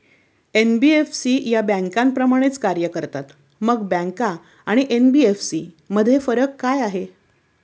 NBFC या बँकांप्रमाणेच कार्य करतात, मग बँका व एन.बी.एफ.सी मध्ये काय फरक आहे?